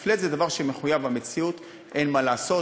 flat זה דבר שהוא מחויב המציאות, אין מה לעשות.